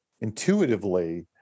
intuitively